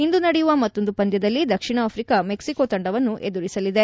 ಇಂದು ನಡೆಯುವ ಮತ್ತೊಂದು ಪಂದ್ಯದಲ್ಲಿ ದಕ್ಷಿಣ ಆಫ್ರಿಕಾ ಮೆಕ್ಸಿಕೊ ತಂಡವನ್ನು ಎದುರಿಸಲಿದೆ